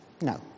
No